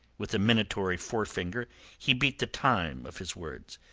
with a minatory forefinger he beat the time of his words.